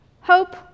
Hope